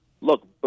Look